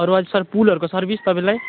अरू अहिले सर पुलहरूको सर्विस तपाईँलाई